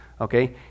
okay